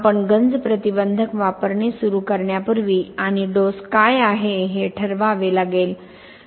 आपण गंज प्रतिबंधक वापरणे सुरू करण्यापूर्वी आणि डोस काय आहे हे ठरवावे लागेल